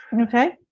Okay